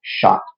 shot